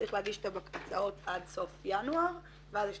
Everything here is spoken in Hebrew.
צריך להגיש את ההקצאות עד סוף ינואר ואז יש